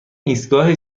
ایستگاه